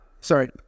Sorry